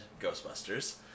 Ghostbusters